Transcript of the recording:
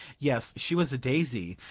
yes, she was a daisy!